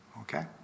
Okay